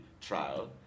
trial